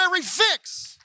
fix